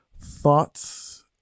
thoughts